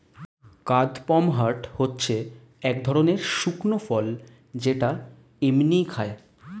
কাদপমহাট হচ্ছে এক ধরণের শুকনো ফল যেটা এমনিই খায়